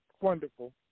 Wonderful